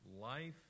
Life